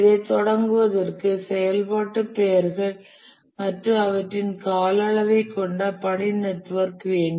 இதை தொடங்குவதற்கு செயல்பாட்டு பெயர்கள் மற்றும் அவற்றின் கால அளவைக் கொண்ட பணி நெட்வொர்க் வேண்டும்